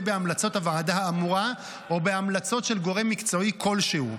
בהמלצות הוועדה האמורה או בהמלצות של גורם מקצועי כלשהו.